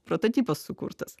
prototipas sukurtas